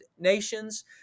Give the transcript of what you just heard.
nations